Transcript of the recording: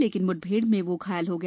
लेकिन मुठभेड़ में वह घायल हो गया